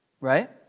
Right